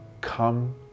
Come